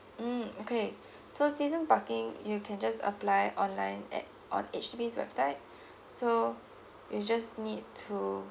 mm okay so season parking you can just apply online at on H_D_B's website so you just need to